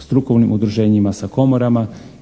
strukovnim udruženjima, sa komorama